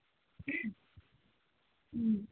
ꯎꯝ